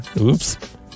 Oops